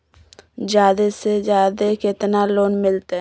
जादे से जादे कितना लोन मिलते?